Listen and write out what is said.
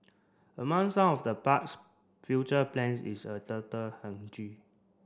among some of the park's future plans is a turtle